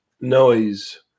noise